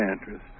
interest